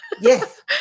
yes